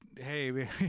hey